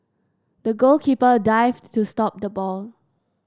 the goalkeeper dived to stop the ball